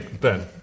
Ben